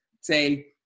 say